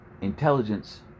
intelligence